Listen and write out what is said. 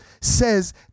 says